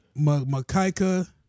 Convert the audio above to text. Makaika